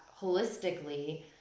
holistically